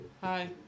Hi